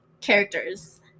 characters